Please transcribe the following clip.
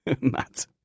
Matt